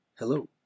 Hello